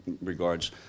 regards